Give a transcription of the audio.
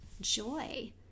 joy